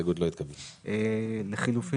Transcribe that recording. הצבעה לא אושר ההסתייגות לא התקבלה, דרך אגב.